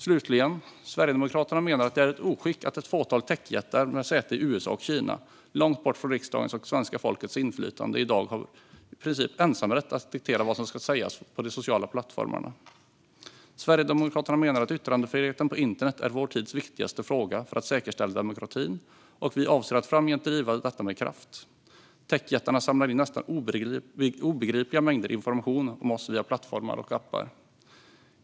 Slutligen menar Sverigedemokraterna att det är ett oskick att ett fåtal techjättar med säte i USA och Kina, långt borta från riksdagens och svenska folkets inflytande, i dag i princip har ensamrätt att diktera vad som ska få sägas på de sociala plattformarna. Sverigedemokraterna menar att yttrandefriheten på internet är vår tids viktigaste fråga för att säkerställa demokratin, och vi avser att framgent driva detta med kraft. Techjättarna samlar in nästan obegripliga mängder information om oss via plattformar och appar.